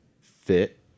fit